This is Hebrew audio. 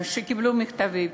שקיבלו מכתבי פיטורים,